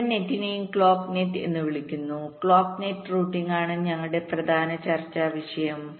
മുഴുവൻ നെറ്റിനെയും clock net എന്ന് വിളിക്കുന്നു ക്ലോക്ക് നെറ്റ് റൂട്ടിംഗാണ് ഞങ്ങളുടെ പ്രധാന ചർച്ചാ വിഷയം